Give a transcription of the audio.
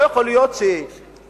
לא יכול להיות שימשיכו